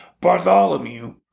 Bartholomew